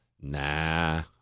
Nah